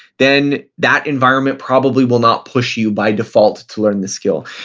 then that environment probably will not push you by default to learn the skill.